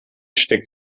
steckt